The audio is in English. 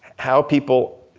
how people,